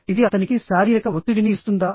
ఇది అతనికి శారీరక ఒత్తిడిని ఇస్తుందా